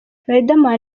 riderman